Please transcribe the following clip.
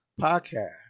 podcast